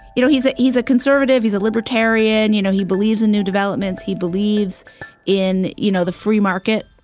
you know, he's ah he's a conservative. he's a libertarian. you know, he believes in new development. he believes in, you know, the free market.